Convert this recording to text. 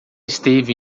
esteve